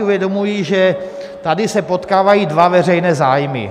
Uvědomuji si, že tady se potkávají dva veřejné zájmy.